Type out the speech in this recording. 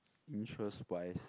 interest wise